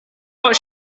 what